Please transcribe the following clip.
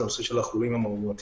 זה הנושא של החולים המאומתים.